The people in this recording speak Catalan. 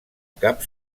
cap